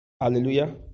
Hallelujah